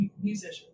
musician